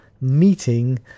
meeting